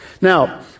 Now